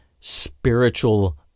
spiritual